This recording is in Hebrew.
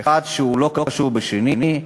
אחד לא קשור בשני.